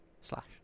Slash